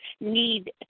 need